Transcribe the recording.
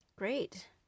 Great